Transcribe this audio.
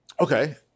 Okay